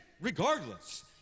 regardless